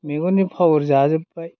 मेगननि पावार जाजोब्बाय